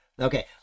Okay